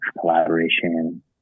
collaboration